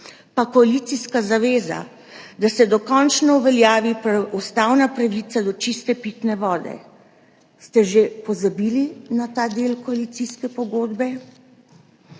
pa koalicijska zaveza, da se dokončno uveljavi ustavna pravica do čiste pitne vode? Ste že pozabili na ta del koalicijske pogodbe?